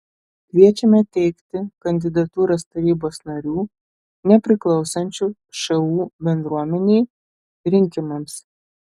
kviečiame teikti kandidatūras tarybos narių nepriklausančių šu bendruomenei rinkimams